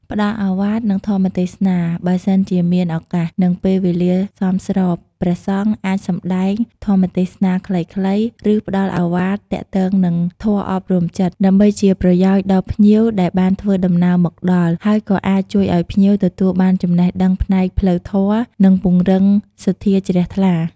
ព្រះអង្គជាបុគ្គលគំរូក្នុងព្រះពុទ្ធសាសនា ដូច្នេះរាល់កាយវិការ និងពាក្យសម្ដីរបស់ព្រះអង្គគឺមានឥទ្ធិពលលើចិត្តគំនិតរបស់ពុទ្ធបរិស័ទ និងភ្ញៀវ។